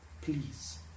Please